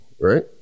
right